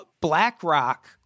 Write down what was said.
BlackRock